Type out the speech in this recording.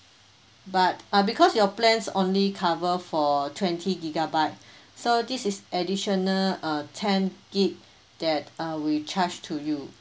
but uh because your plans only cover for twenty gigabyte so this is additional uh ten gig that uh we charge to you